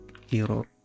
hero